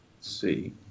see